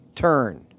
turn